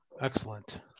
Excellent